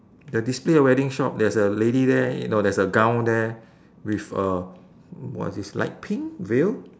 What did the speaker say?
the display wedding shop there's a lady there you know there's a gown there with a what's this light pink veil